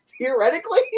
theoretically